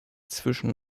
zwischen